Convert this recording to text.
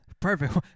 Perfect